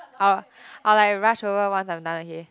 I'll I will like rush over once I'm done okay